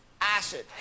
Acid